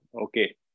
Okay